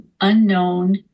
unknown